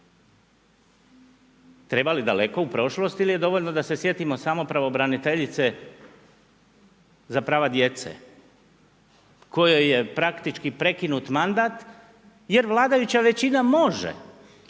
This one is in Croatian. Treba li daleko u prošlost ili je dovoljno da se sjetio samo pravobraniteljice za prava djece kojoj je praktički prekinut mandat jer vladajuća većina može